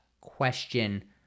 question